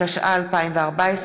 התשע"ה 2014,